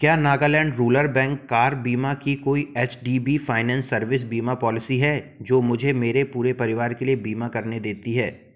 क्या Nagaland rural bank car बीमा की कोई H D B finance services बीमा पॉलिसी है जो मुझे मेरे पूरे परिवार के लिए बीमा करने देती है